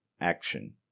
action